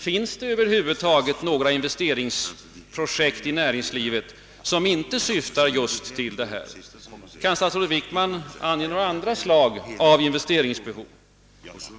Finns det över huvud taget några investeringsprojekt i näringslivet som inte syftar just till detta? Kan statsrådet Wickman ange några andra slag av investeringsbehov?